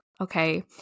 Okay